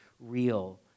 real